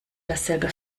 dasselbe